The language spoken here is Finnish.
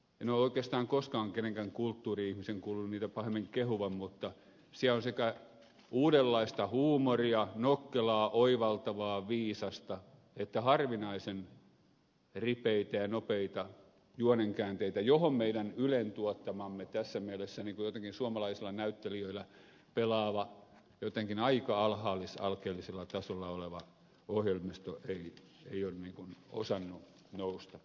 en ole oikeastaan koskaan kenenkään kulttuuri ihmisen kuullut niitä pahemmin kehuvan mutta siellä on sekä uudenlaista huumoria nokkelaa oivaltavaa viisasta että harvinaisen ripeitä ja nopeita juonenkäänteitä johon meidän ylen tuottama tässä mielessä niin kuin jotenkin suomalaisilla näyttelijöillä pelaava jotenkin aika alhaallisalkeellisella tasolla oleva ohjelmisto ei ole osannut nousta